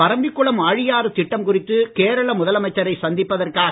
பரம்பிக்குளம் ஆழியாறு திட்டம் குறித்து கேரள முதலமைச்சரை சந்திப்பதற்காக